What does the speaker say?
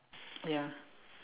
ya